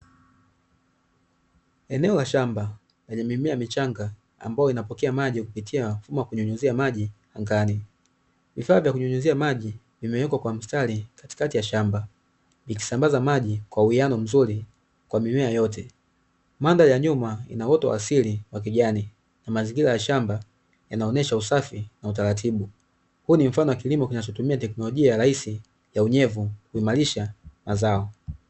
Eneo la shamba lenye mimea michanga ambayo inapokea maji ya kupitia mfumo wa kunyunyuzia maji angani, vifaa vya kunyunyuzia maji nimewekwa kwa mstari katikati ya shamba, nikisambaza maji kwa uwiano mzuri kwa mimea yote, mandhari ya nyuma inaota wa asili wa kijani na mazingira ya shamba yanaonyesha usafi na utaratibu, huo ni mfano wa kilimo kinachotumia teknolojia rahisi ya unyevu kuimarisha mazao.